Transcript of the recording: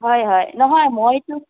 হয় হয় নহয় মইতু